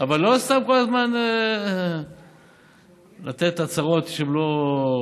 אבל לא סתם כל הזמן לתת הצהרות שהן לא,